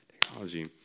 technology